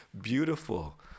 beautiful